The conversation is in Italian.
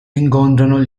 incontrano